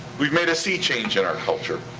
we've made a sea change in our culture.